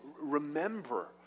remember